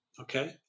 okay